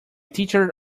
teacher